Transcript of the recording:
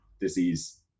disease